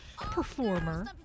performer